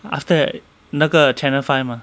after that 那个 channel five mah